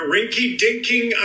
Rinky-dinking